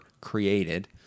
created